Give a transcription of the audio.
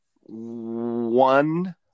one